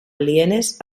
alienes